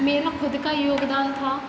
मेरा खुद का योगदान था